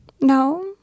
No